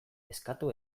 eskatu